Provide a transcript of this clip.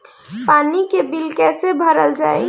पानी के बिल कैसे भरल जाइ?